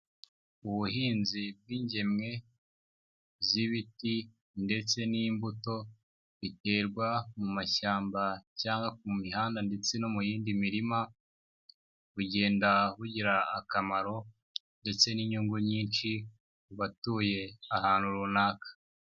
Ubuhinzi bw'ingemwe z'ibiti ndetse n'imbuto biterwa mu mashyamba cyangwa ku mihanda ndetse no mu yindi mirima, bugenda bugira akamaro ndetse n'inyungu nyinshi ku batuye ahantu runaka.